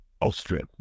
Austria